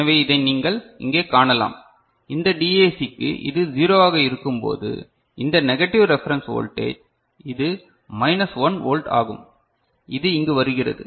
எனவே இதை நீங்கள் இங்கே காணலாம் இந்த டிஏசிக்கு இது 0 வாக இருக்கும்போது இது நெகட்டிவ் ரெபரன்ஸ் வோல்டேஜ் இது மைனஸ் 1 வோல்ட் ஆகும் இது இங்கு வருகிறது